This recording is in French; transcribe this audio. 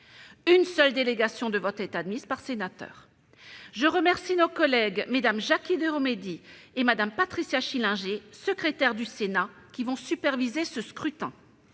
Une seule délégation de vote est admise par sénateur. Je remercie nos collègues Mmes Jacky Deromedi et Patricia Schillinger, secrétaires du Sénat, qui vont superviser ce scrutin.